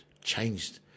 changed